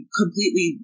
completely